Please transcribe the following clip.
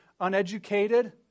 uneducated